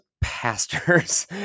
pastors